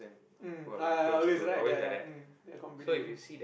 mm ah ya ya always right ya ya their combination